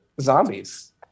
zombies